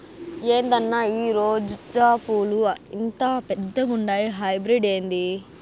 ఏందన్నా ఈ రోజా పూలు ఇంత పెద్దగుండాయి హైబ్రిడ్ ఏంది